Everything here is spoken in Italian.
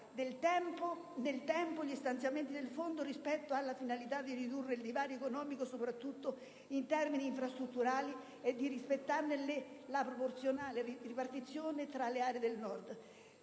nel tempo gli stanziamenti del Fondo rispetto alla finalità di ridurre il divario economico soprattutto in termini infrastrutturali e di rispettarne la proporzionale ripartizione tra le aree del Nord